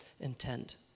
intent